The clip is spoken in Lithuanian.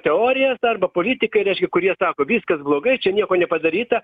teorijas arba politikai reiškia kurie sako viskas blogai čia nieko nepadaryta